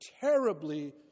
terribly